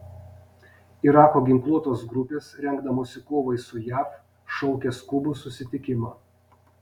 irako ginkluotos grupės rengdamosi kovai su jav šaukia skubų susitikimą